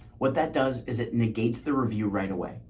what that does is it negates the review right away.